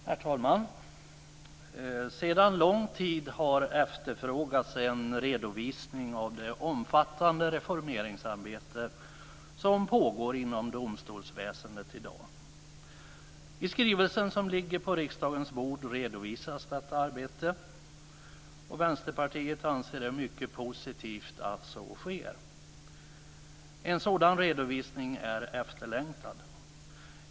Herr talman! Sedan lång tid har efterfrågats en redovisning av det omfattande reformeringsarbete som pågår inom domstolsväsendet i dag. I skrivelsen som ligger på riksdagens bord redovisas detta arbete, och Vänsterpartiet anser att det är mycket positivt att så sker. En sådan redovisning är efterlängtad.